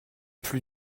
plus